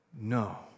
No